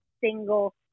single